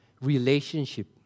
relationship